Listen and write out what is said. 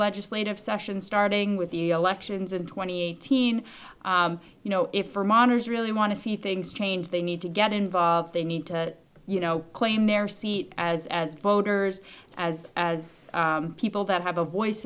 legislative session starting with the elections in twenty teen you know if for monitors really want to see things change they need to get involved they need to you know claim their seat as as voters as as people that have a voice